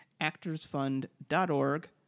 actorsfund.org